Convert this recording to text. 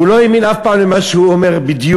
הוא לא האמין אף פעם למה שהוא אומר בדיוק,